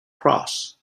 cross